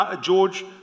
George